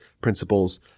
principles